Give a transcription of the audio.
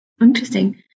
Interesting